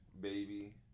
Baby